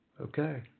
Okay